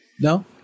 No